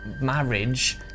marriage